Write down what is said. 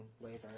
later